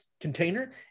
container